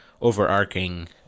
overarching